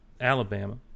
alabama